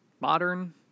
modern